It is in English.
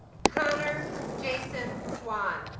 connor jason swan